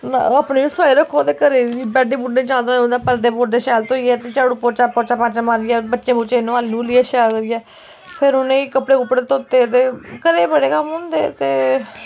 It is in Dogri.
होर अपनी बी सफाई रक्खो ते घरै दी बी बैडें बूडे चादरां चूदरां पर्दे पुर्दे शैल धोइयै ते झाड़ू पोच्चा पोच्चा पाच्चा मारियै बच्चें बूच्चें गी नुहाली न्हूलियै शैल करियै फिर उ'नें गी कपड़े कपूड़े धोते दे घरै दे बड़े कम्म होंदे ते